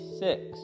six